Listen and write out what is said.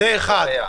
זה אחד.